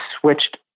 switched